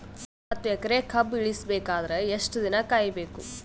ಹತ್ತು ಎಕರೆ ಕಬ್ಬ ಇಳಿಸ ಬೇಕಾದರ ಎಷ್ಟು ದಿನ ಕಾಯಿ ಬೇಕು?